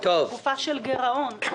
אנחנו בתקופה של גרעון,